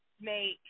make